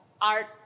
art